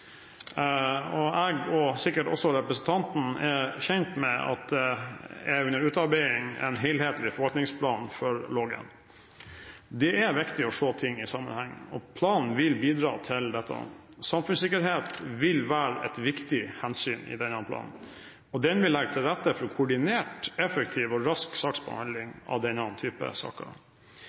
Jeg – og sikkert også representanten – er kjent med at en helhetlig forvaltningsplan for Lågen er under utarbeiding. Det er viktig å se ting i sammenheng, og planen vil bidra til dette. Samfunnssikkerhet vil være et viktig hensyn i denne planen, og den vil legge til rette for koordinert, effektiv og rask saksbehandling av denne typen saker.